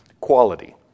quality